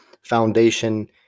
foundation